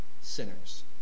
sinners